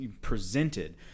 presented